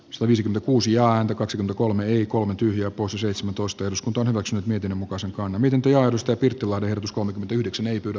swe viisikymmentäkuusi ääntä kaksi kolme ii kolme tyyli opus seitsemäntoista eduskunta on omaksunut miten muka se on eniten tilausta pirtua verotus kolmekymmentäyhdeksän ei tule